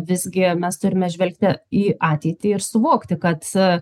visgi mes turime žvelgti į ateitį ir suvokti kad